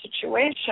situation